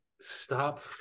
stop